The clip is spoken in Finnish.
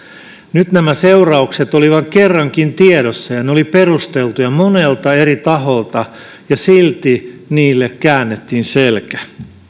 nyt nämä seuraukset olivat kerrankin tiedossa ja ne olivat perusteltuja monelta eri taholta ja silti niille käännettiin selkä